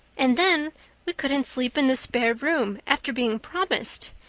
and then we couldn't sleep in the spare room after being promised.